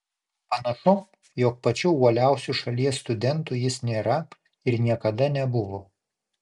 panašu jog pačiu uoliausiu šalies studentu jis nėra ir niekada nebuvo